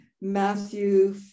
Matthew